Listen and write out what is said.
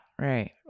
Right